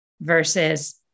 versus